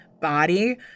body